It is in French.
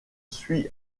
suit